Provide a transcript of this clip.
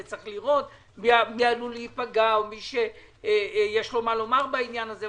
וצריך לראות מי עלול להיפגע ומי יש לו מה לומר בעניין הזה.